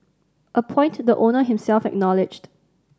a point the owner himself acknowledged